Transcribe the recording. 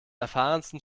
erfahrensten